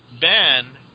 Ben